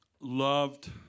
loved